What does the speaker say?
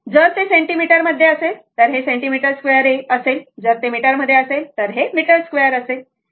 जर ते सेंटीमीटर मध्ये असेल तर हे सेंटीमीटर2 असेल जर ते मीटर मध्ये असेल तर हे मिटर2 असेल बरोबर